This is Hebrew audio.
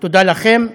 תודה לכם,